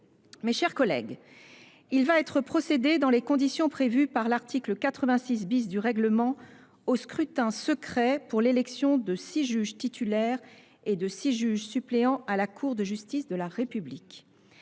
de la République. Il va être procédé, dans les conditions prévues par l’article 86 du règlement, au scrutin secret pour l’élection de six juges titulaires et de six juges suppléants à la Cour de justice de la République.